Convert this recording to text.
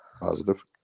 positive